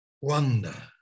Wonder